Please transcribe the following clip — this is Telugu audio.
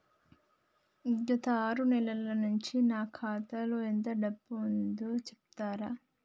గత ఆరు నెలల నుంచి నా ఖాతా లో ఎంత డబ్బు ఉందో చెప్తరా?